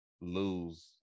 lose